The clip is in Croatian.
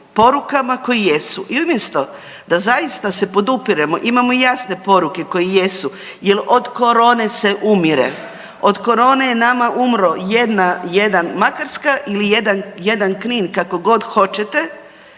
porukama koje jesu. I umjesto da zaista se podupiremo, imamo jasne poruke koje jesu jer od korone se umire, od korone je nama umrlo jedna, jedan Makarska ili jedan Knin kako god hoćete,